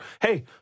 hey